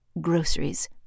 Groceries